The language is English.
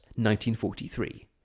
1943